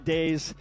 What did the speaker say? Days